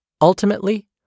Ultimately